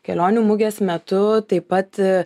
kelionių mugės metu taip pat